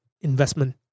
investment